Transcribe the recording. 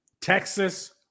Texas